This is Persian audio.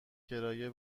کرایه